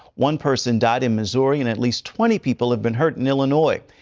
one person died in missouri, and at least twenty people have been hurt in illinois.